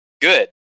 Good